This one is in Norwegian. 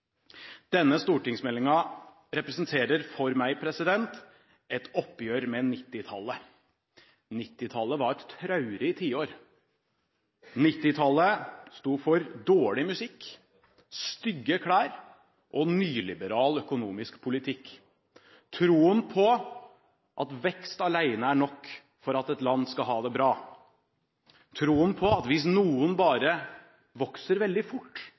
Denne stortingsmeldingen representerer for meg et oppgjør med 1990-tallet. 1990-tallet var et traurig tiår. 1990-tallet sto for dårlig musikk, stygge klær og nyliberal økonomisk politikk: troen på at vekst alene er nok for at et land skal ha det bra, troen på at hvis noen bare vokser veldig fort